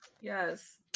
Yes